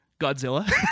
Godzilla